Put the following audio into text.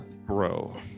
Bro